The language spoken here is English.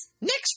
Next